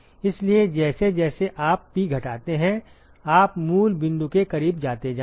इसलिए जैसे जैसे आप P घटाते हैं आप मूल बिंदु के करीब जाते जाएंगे